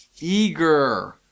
Eager